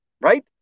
right